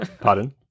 Pardon